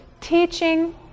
teaching